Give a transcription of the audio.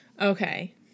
Okay